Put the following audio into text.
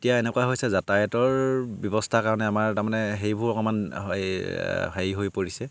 এতিয়া এনেকুৱা হৈছে যাতায়তৰ ব্যৱস্থা কাৰণে আমাৰ তাৰমানে সেইবোৰ অকমান হেৰি হৈ পৰিছে